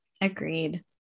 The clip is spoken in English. Agreed